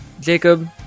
Jacob